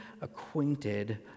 acquainted